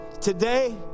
today